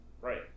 Right